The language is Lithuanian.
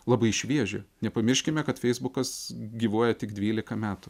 labai šviežia nepamirškime kad feisbukas gyvuoja tik dvylika metų